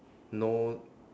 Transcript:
no